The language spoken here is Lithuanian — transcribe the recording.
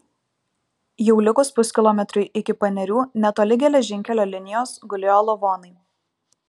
jau likus puskilometriui iki panerių netoli geležinkelio linijos gulėjo lavonai